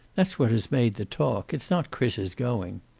that's what has made the talk. it's not chris's going.